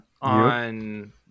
on